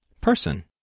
person